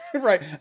Right